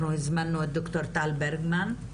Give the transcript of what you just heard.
אנחנו הזמנו את ד"ר טל ברגמן.